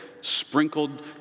sprinkled